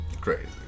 crazy